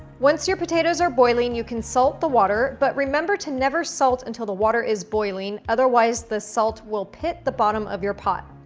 once your potatoes are boiling, you can salt the water, but remember to never salt until the water is boiling, otherwise the salt will pit the bottom of your pot.